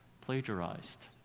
plagiarized